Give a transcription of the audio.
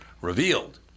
revealed